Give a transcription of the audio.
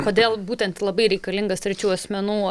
kodėl būtent labai reikalingas trečių asmenų